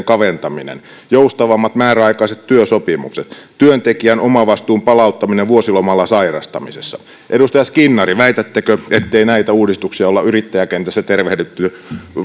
kaventaminen joustavammat määräaikaiset työsopimukset työntekijän omavastuun palauttaminen vuosilomalla sairastamisessa edustaja skinnari väitättekö ettei näitä uudistuksia ole yrittäjäkentässä tervehditty